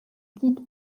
quitte